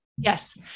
Yes